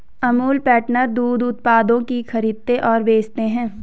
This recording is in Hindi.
अमूल पैटर्न दूध उत्पादों की खरीदते और बेचते है